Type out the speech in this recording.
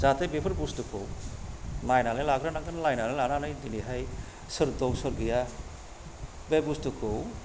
जाहाथे बेफोर बुस्थुखौ नायनानै लाग्रोनांगोन नायनानै लानानैहाय दिनैहाय सोर दं सोर गैया बे बुस्थुखौ